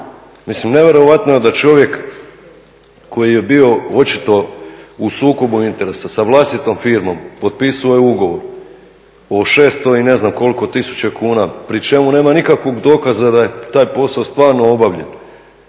Mislim nevjerojatno je da čovjek koji je bio očito u sukobu interesa sa vlastitom firmom potpisuje ugovor o 600 i ne znam koliko tisuća kuna, pri čemu nema nikakvog dokaza da je taj posao stvarno obavljen,